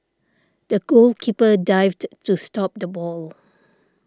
the goalkeeper dived to stop the ball